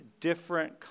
different